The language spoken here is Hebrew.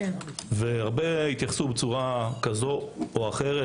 רבים התייחסו בצורה כזו או אחרת